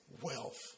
wealth